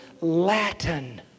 Latin